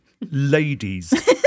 Ladies